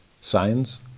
Signs